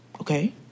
okay